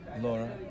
Laura